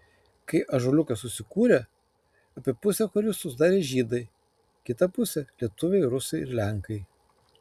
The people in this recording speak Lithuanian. kai ąžuoliukas susikūrė apie pusę choristų sudarė žydai kitą pusę lietuviai rusai ir lenkai